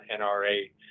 NRA